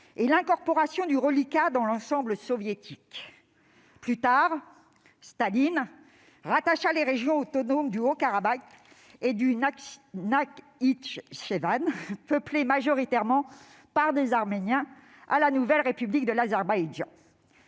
et l'incorporation du reliquat dans l'ensemble soviétique. Plus tard, Staline rattacha les régions autonomes du Haut-Karabagh et du Nakhitchevan, peuplées majoritairement par des Arméniens, à la nouvelle république d'Azerbaïdjan.